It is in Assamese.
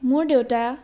মোৰ দেউতা